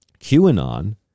QAnon